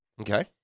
Okay